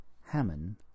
Hammond